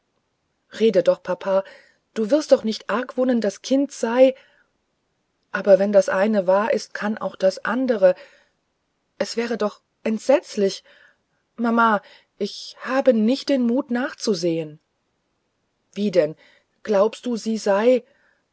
rede doch papa du wirst doch nicht argwohnen das kind sei aber wenn das eine wahr ist kann auch das andere es wäre doch entsetzlich mama ich habe nicht den mut nachzusehen wie denn glaubst du sie sei